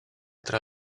tra